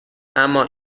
اما